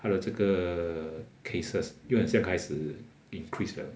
他的这个 cases 又好像开始 increase 了